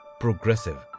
progressive